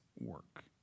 work